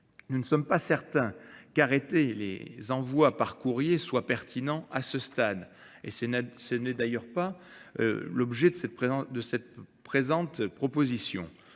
Nous ne sommes pas certains qu'arrêter les envois par courrier soit pertinent à ce stade. Et ce n'est d'ailleurs pas l'objet de cette présente proposition.